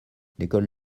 l’école